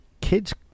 kids